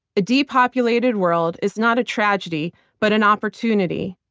a depopulated world is not a tragedy but an opportunity,